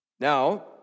Now